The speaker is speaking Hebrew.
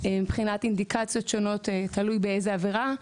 מבחינת אינדיקציות שונות, תלוי באיזו עבירה,